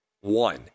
One